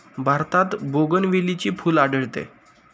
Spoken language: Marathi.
भारतात बोगनवेलीचे फूल आढळते